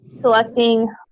selecting